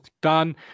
done